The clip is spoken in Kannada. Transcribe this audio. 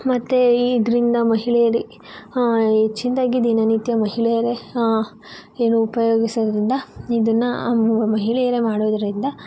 ಮತ್ತೆ ಇದರಿಂದ ಮಹಿಳೆಯರಿ ಹೆಚ್ಚಿನದಾಗಿ ದಿನನಿತ್ಯ ಮಹಿಳೆಯರೇ ಏನು ಉಪಯೋಗಿಸೋದ್ರಿಂದ ಇದನ್ನು ಮಹಿಳೆಯರೇ ಮಾಡೋದ್ರಿಂದ